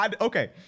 Okay